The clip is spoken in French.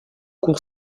cour